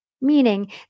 meaning